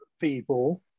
people